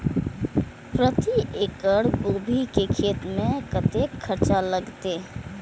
प्रति एकड़ गोभी के खेत में कतेक खर्चा लगते?